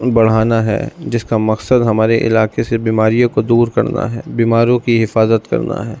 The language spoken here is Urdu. بڑھانا ہے جس کا مقصد ہمارے علاقے سے بیماریوں کو دور کرنا ہے بیماروں کی حفاظت کرنا ہے